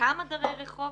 כמה דרי רחוב?